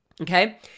Okay